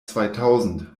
zweitausend